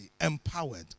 empowered